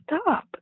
stop